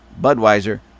Budweiser